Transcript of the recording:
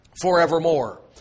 forevermore